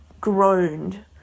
groaned